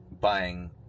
buying